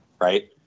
Right